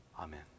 Amen